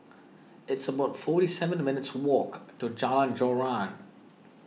it's about forty seven minutes' walk to Jalan Joran